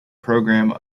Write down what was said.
programme